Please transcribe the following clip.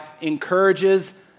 encourages